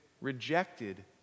rejected